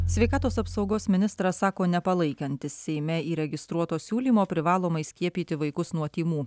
sveikatos apsaugos ministras sako nepalaikantis seime įregistruoto siūlymo privalomai skiepyti vaikus nuo tymų